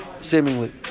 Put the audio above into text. seemingly